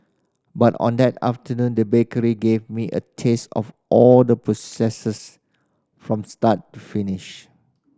but on that afternoon the bakery gave me a taste of all the processes from start to finish